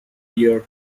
year